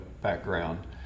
background